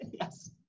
yes